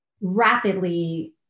rapidly